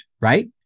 right